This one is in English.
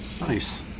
Nice